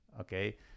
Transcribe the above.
okay